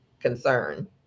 concern